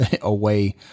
away